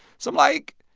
so i'm like,